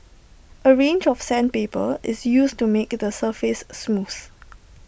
A range of sandpaper is used to make the surface smooth